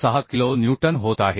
6 kilonewton होत आहे